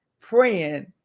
praying